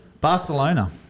Barcelona